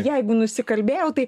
jeigu nusikalbėjau tai